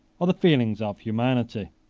or the feelings of humanity.